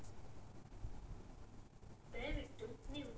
ರೈತರಿಗೆ ಕೃಷಿ ಹೊಂಡದ ನಿರ್ಮಾಣಕ್ಕಾಗಿ ರಾಜ್ಯ ಸರ್ಕಾರದಿಂದ ಸಿಗುವ ನೆರವುಗಳೇನ್ರಿ?